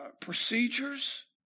procedures